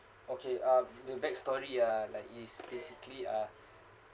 okay uh the back story ah like it's basically uh